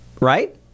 Right